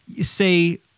say